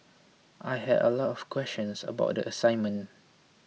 I had a lot of questions about the assignment